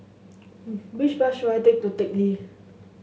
which bus should I take to Teck Lee